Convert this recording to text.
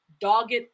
dogged